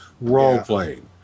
role-playing